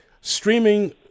streaming